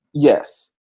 Yes